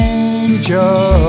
angel